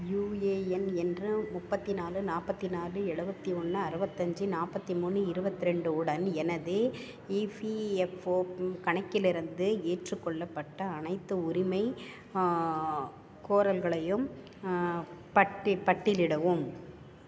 UAN என்ற முப்பத்தி நாலு நாற்பத்தி நாலு எழுவத்தி ஒன்று அறுபத்தஞ்சி நாற்பத்தி மூணு இருபத் ரெண்டு உடன் எனது இஃபிஎஃப்ஓ கணக்கிலிருந்து ஏற்றுக்கொள்ளப்பட்ட அனைத்து உரிமை கோரல்களையும் பட்டி பட்டியலிடவும்